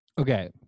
Okay